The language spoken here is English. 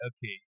Okay